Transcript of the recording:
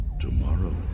Tomorrow